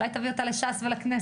אולי תביא אותה לש"ס ולכנסת.